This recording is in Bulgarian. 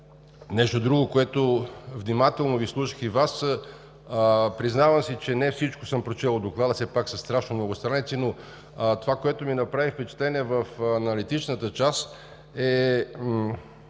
Нещо друго. Внимателно Ви слушах и Вас. Признавам си, че не всичко съм прочел от Доклада, все пак са страшно много страници, но това, което ми направи впечатление в аналитичната част, е